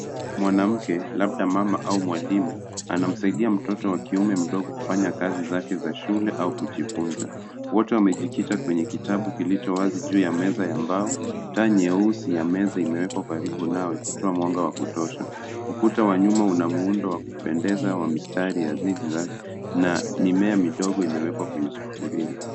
Mwanamke labda mama au mwalimu anamsaidia mtoto wa kiume mdogo kufanya kazi zake za shule au kujifunza wote wamejikita kwenye kitabu kilicho wazi juu ya meza ya mbao, taa nyeusi ya meza imewekwa karibu nao ikitoa mwanga wa kutosha. Ukuta wa nyuma una muundo wa kupendeza wa mistari ya zigzag na mimea midogo imewekwa kwenye.